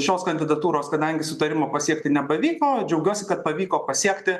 šios kandidatūros kadangi sutarimo pasiekti nepavyko džiaugiuosi kad pavyko pasiekti